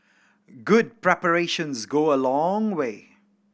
good preparations go a long way